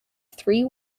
three